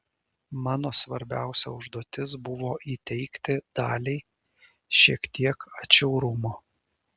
mano svarbiausia užduotis buvo įteigti daliai šiek tiek atšiaurumo